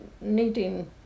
knitting